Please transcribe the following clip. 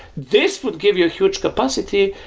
this would give you a huge capacity,